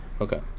okay